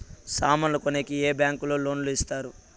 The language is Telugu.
సామాన్లు కొనేకి ఏ బ్యాంకులు లోను ఇస్తారు?